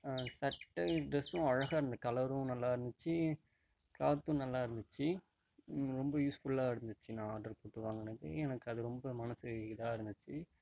சட்டையும் டிரஸ்சும் அழகாக அந்த கலரும் நல்லாயிருந்துச்சி கிலாத்தும் நல்லாயிருந்திச்சி ரொம்ப யூஸ்ஃபுல்லாக இருந்துச்சு நான் ஆர்ட்ரு போட்டு வாங்குனது எனக்கு அது ரொம்ப மனசு இதாக இருந்துச்சு